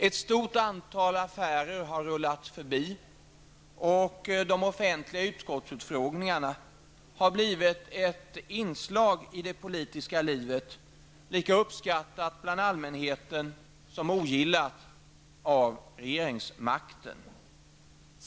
Ett stort antal ''affärer'' har rullat förbi, och de offentliga utskottsutfrågningarna har blivit ett inslag i det politiska livet, lika uppskattat bland allmänheten som ogillat av regeringsmakten.